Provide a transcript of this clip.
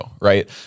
Right